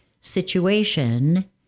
situation